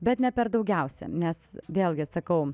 bet ne per daugiausia nes vėlgi sakau